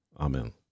Amen